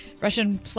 Russian